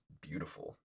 beautiful